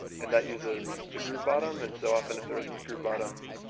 and that uses the groove bottom. and so often if there isn't a groove bottom,